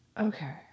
Okay